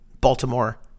Baltimore